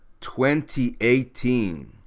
2018